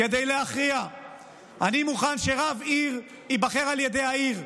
אני מוכן שרב עיר ייבחר על ידי העיר.